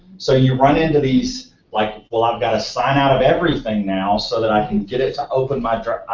so you run into these, like well i've got to sign out of everything now so that i can get it to open my drive.